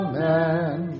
Amen